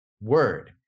word